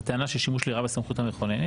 בטענה של שימוש לרעה של הסמכות המכוננת.